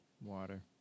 water